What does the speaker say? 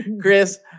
Chris